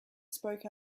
spoke